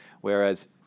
Whereas